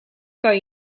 kan